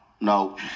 no